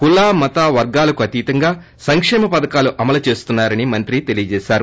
కుల మత వర్గాలకు అతీతంగా సంకేమ పథకాలు అమలు చేస్తున్నారని మంత్రి తెలియజేశారు